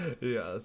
Yes